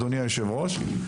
אדוני היושב ראש,